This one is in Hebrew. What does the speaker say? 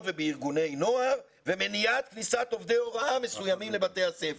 ובארגוני נוער ומניעת כניסת עובדי הוראה מסוימים לבתי הספר",